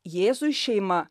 jėzui šeima